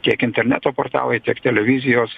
tiek interneto portalai tiek televizijos